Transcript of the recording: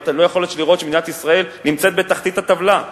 אתה לא יכול שלא לראות שמדינת ישראל בתחתית הטבלה.